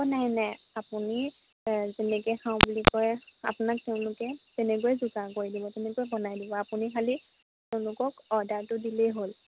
অ নাই নাই আপুনি যেনেকৈ খাওঁ বুলি কয় আপোনাক তেওঁলোকে তেনেকৈয়ে যোগাৰ কৰি দিব তেনেকৈয়ে বনাই দিব আপুনি খালী তেওঁলোকক অৰ্ডাৰটো দিলেই হ'ল